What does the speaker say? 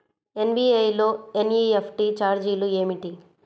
SBI లో NEFT ఛార్జీలు ఏమిటి?